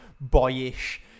boyish